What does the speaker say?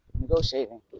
negotiating